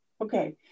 Okay